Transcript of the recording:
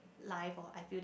life oh I feel that